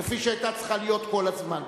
כפי שהיתה צריכה להיות כל הזמן.